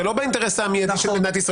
זה לא באינטרס המדינתי.